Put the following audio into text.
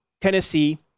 Tennessee